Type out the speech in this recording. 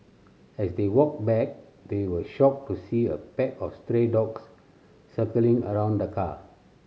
as they walked back they were shocked to see a pack of stray dogs circling around the car